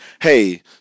hey